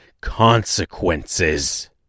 consequences